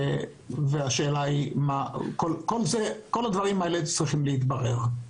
כל הדברים הללו צריכים להתברר.